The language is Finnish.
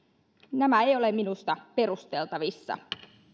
nämä eivät ole minusta perusteltavissa